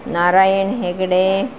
Narayan Hegde